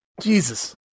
Jesus